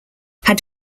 had